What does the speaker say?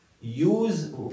use